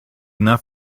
enough